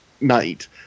night